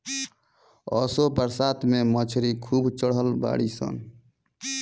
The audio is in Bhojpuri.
असो बरसात में मछरी खूब चढ़ल बाड़ी सन